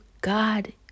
God